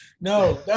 No